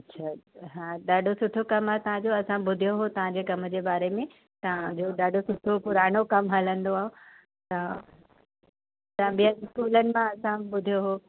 अछा हा ॾाढो सुठो कमु आहे तव्हांजो असां ॿुधियो हो तव्हांजे कम जे बारे में तव्हां ॿियो ॾाढो सुठो पुराणो कमु हलंदो आहे त ॿियनि स्कूलनि मां असां ॿुधियो हो